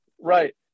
Right